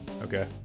Okay